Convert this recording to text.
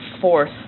fourth